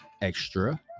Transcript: extra